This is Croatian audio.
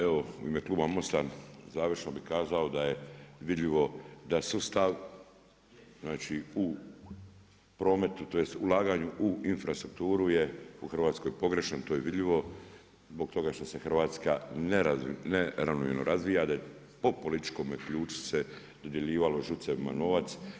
Evo u ime Kluba Mosta završno bih kazao da je vidljivo da sustav, znači u prometu, tj. ulaganje u infrastrukturu je u Hrvatskoj pogrešan to je vidljivo zbog toga što se Hrvatske neravnomjerno razvija po političkom ključu se dodjeljivalo ŽUC-evima novac.